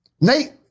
Nate